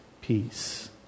peace